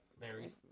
married